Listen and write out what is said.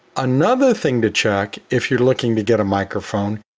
another thing to check, if you're looking to get a microphone,